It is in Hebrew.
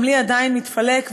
גם לי עדיין מתפלק,